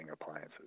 appliances